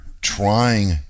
trying